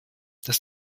dass